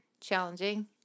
challenging